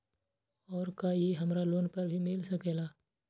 और का इ हमरा लोन पर भी मिल सकेला?